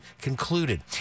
concluded